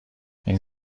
این